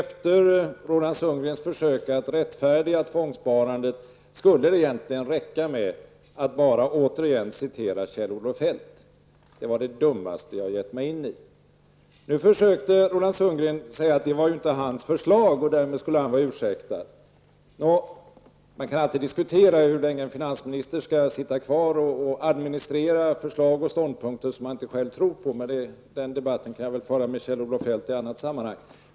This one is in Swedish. Fru talman! Efter Rolands försök att rättfärdiga tvångssparandet skulle det kunna räcka med att återigen citera Kjell-Olof Feldt: ''Det var det dummaste jag har gett mig in i.'' Nu försökte Roland Sundgren framhålla att förslaget inte var Kjell-Olof Feldts och därmed skulle han vara ursäktad. Nå, man kan alltid diskutera hur länge en finansminister skall sitta kvar och administrera förslag och ståndpunkter som han inte själv tror på. Men den debatten kan jag föra med Kjell-Olof Feldt i annat sammanhang.